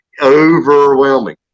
overwhelming